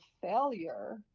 failure